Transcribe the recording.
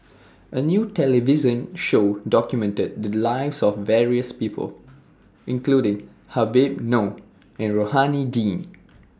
A New television Show documented The Lives of various People including Habib Noh and Rohani Din